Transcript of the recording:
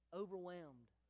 overwhelmed